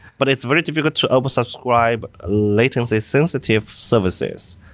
but it's very difficult to over subscribe latency sensitive services,